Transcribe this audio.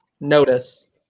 Notice